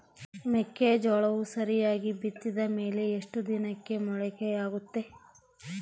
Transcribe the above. ಮೆಕ್ಕೆಜೋಳವು ಸರಿಯಾಗಿ ಬಿತ್ತಿದ ಮೇಲೆ ಎಷ್ಟು ದಿನಕ್ಕೆ ಮೊಳಕೆಯಾಗುತ್ತೆ?